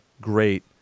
great